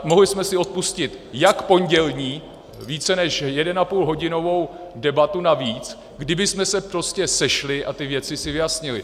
Mohli jsme si odpustit jak pondělní více než jedenapůlhodinovou debatu navíc, kdybychom se prostě sešli a věci si vyjasnili.